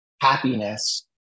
happiness